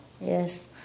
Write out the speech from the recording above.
yes